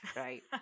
right